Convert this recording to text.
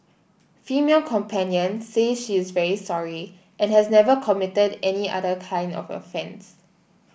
female companion say she is very sorry and has never committed any other kind of offence